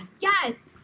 Yes